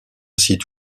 site